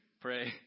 pray